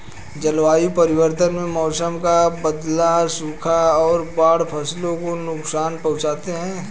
जलवायु परिवर्तन में मौसम का बदलना, सूखा और बाढ़ फसलों को नुकसान पहुँचाते है